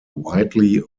widely